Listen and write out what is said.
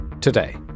Today